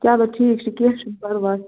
چلو ٹھیٖک چھُ کیٚنٛہہ چھُنہٕ پَرواے